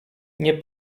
nie